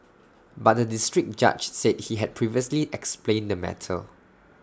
but the District Judge said he had previously explained the matter